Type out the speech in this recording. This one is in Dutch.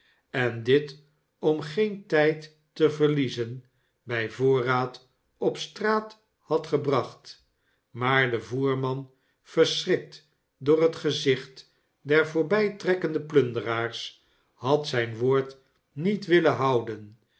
en dit om geen tijd te verliezen bij voorraad op straat had gebracht maar de voerman verschrikt door het gezicht der voorbijtrekkende plunderaars had zijn woord niet willen jiouden